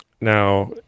Now